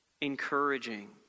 encouraging